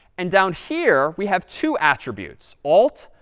and down here, we have two attributes, alt,